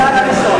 אצלנו,